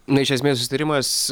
na iš esmės susitarimas